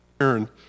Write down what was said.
Aaron